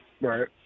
Right